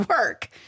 work